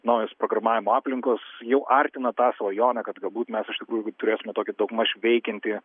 naujos programavimo aplinkos jau artina tą svajonę kad galbūt mes iš tikrųjų turėsime tokį daugmaž veikiantį